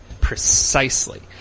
Precisely